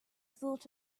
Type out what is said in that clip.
thought